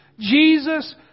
Jesus